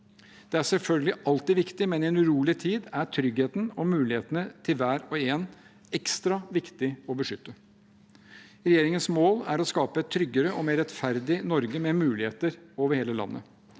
Det er selvfølgelig alltid viktig, men i en urolig tid er tryggheten og mulighetene til hver og en ekstra viktig å beskytte. Regjeringens mål er å skape et tryggere og mer rettferdig Norge med muligheter over hele landet.